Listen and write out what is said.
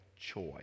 choice